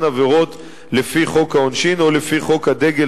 עבירות לפי חוק העונשין או לפי חוק הדגל,